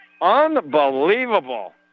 Unbelievable